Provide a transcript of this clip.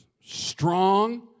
strong